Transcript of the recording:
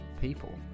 people